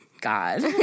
God